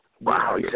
Wow